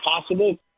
possible